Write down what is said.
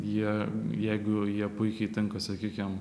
jie jeigu jie puikiai tinka sakykim